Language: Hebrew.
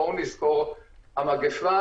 בואו ונזכור שיום אחד המגיפה